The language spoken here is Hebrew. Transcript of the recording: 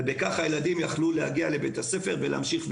ובכך הילדים יוכלו להגיע לבית הספר ולהמשיך ללמוד.